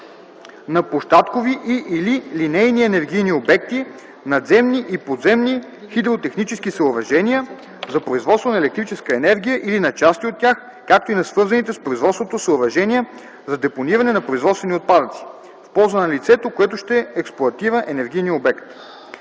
на площадкови и/или линейни енергийни обекти, надземни и подземни хидротехнически съоръжения за производство на електрическа енергия или на части от тях, както и на свързаните с производството съоръжения за депониране на производствени отпадъци, в полза на лицето, което ще експлоатира енергийния обект.